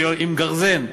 שעם גרזן,